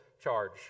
charge